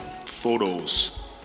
photos